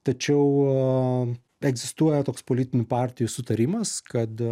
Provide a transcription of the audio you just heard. tačiau egzistuoja toks politinių partijų sutarimas kad